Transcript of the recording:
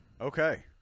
Okay